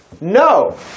No